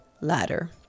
ladder